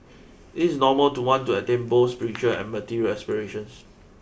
it is normal to want to attain both spiritual and material aspirations